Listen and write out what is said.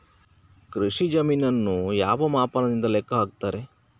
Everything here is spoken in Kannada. ಕೃಷಿ ಜಮೀನನ್ನು ಯಾವ ಮಾಪನದಿಂದ ಲೆಕ್ಕ ಹಾಕ್ತರೆ?